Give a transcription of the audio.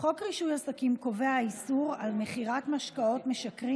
חוק רישוי עסקים קובע איסור על מכירת משקאות משכרים